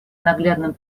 наглядным